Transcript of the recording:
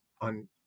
on